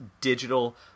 digital